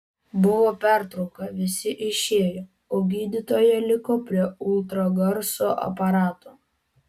buvo pertrauka visi išėjo o gydytoja liko prie ultragarso aparato